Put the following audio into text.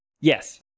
yes